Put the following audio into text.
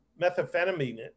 methamphetamine